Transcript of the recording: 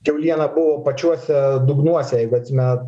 kiauliena buvo pačiuose dugnuose jeigu atsimenat